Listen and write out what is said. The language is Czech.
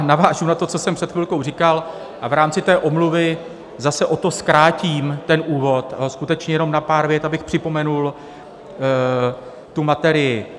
Navážu na to, co jsem před chvilkou říkal, a v rámci té omluvy zase o to zkrátím úvod, skutečně jenom na pár vět, abych připomenul tu materii.